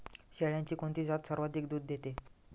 शेळ्यांची कोणती जात सर्वाधिक दूध देते?